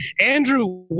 Andrew